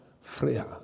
freya